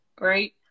right